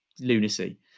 lunacy